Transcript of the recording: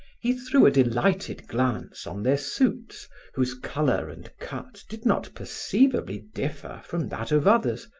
he threw a delighted glance on their suits whose color and cut did not perceivably differ from that of others,